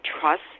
trust